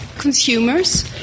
Consumers